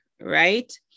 right